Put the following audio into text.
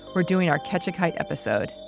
we're doing our catch a kite episode.